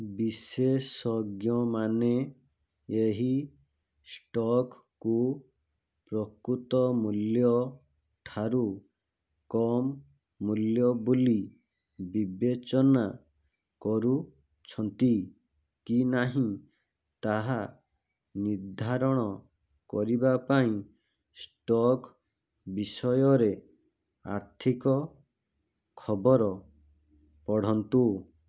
ବିଶେଷଜ୍ଞମାନେ ଏହି ଷ୍ଟକ୍କୁ ପ୍ରକୃତ ମୂଲ୍ୟଠାରୁ କମ୍ ମୂଲ୍ୟ ବୋଲି ବିବେଚନା କରୁଛନ୍ତି କି ନାହିଁ ତାହା ନିର୍ଦ୍ଧାରଣ କରିବା ପାଇଁ ଷ୍ଟକ୍ ବିଷୟରେ ଆର୍ଥିକ ଖବର ପଢ଼ନ୍ତୁ